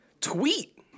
tweet